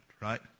right